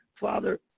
Father